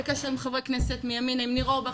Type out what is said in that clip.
בקשר עם חברי הכנסת מימין עם ניר אורבך,